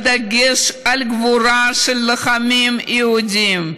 בדגש על הגבורה של הלוחמים היהודים.